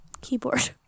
keyboard